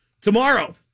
tomorrow